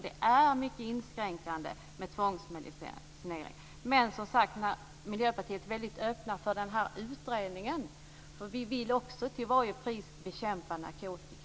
Det är mycket inskränkande med tvångsmedicinering. Men Miljöpartiet är som sagt mycket öppna för en utredning. Vi vill också till varje pris bekämpa narkotikan.